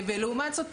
"ולעומת זאת,